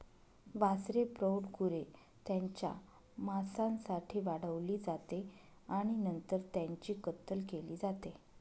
वासरे प्रौढ गुरे त्यांच्या मांसासाठी वाढवली जाते आणि नंतर त्यांची कत्तल केली जाते